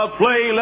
play